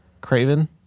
Craven